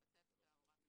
נטען לגביו שמפלה בין חברות,